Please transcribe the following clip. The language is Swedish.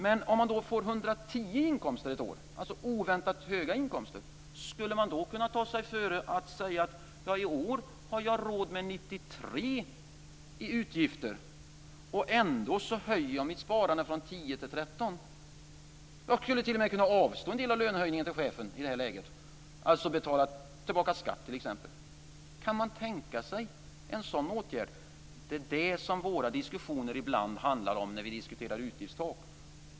Men om man då får 110 i inkomst ett år, alltså en oväntat hög inkomst, skulle man då kunna ta sig före att säga att man det året har råd med 93 i utgifter och ändå kan öka sitt sparande från 10 till 13, och t.o.m. i det läget avstå en del av löneförhöjningen till chefen, dvs. betala tillbaka skatt? Kan man tänka sig en sådan åtgärd? Det är det som våra diskussioner ibland handlar om när vi diskuterar utgiftstak.